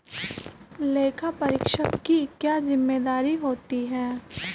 लेखापरीक्षक की क्या जिम्मेदारी होती है?